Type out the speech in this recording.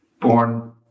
born